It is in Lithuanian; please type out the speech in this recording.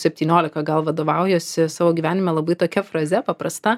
septyniolika gal vadovaujuosi savo gyvenime labai tokia fraze paprasta